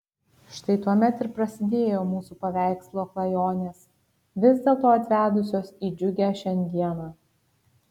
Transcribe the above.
štai tuomet ir prasidėjo mūsų paveikslo klajonės vis dėlto atvedusios į džiugią šiandieną